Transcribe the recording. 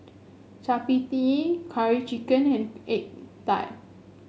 chappati Curry Chicken and egg tart